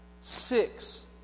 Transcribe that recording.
six